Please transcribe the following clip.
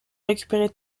récupérer